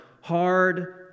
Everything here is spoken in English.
hard